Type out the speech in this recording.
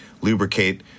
lubricate